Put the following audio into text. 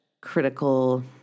critical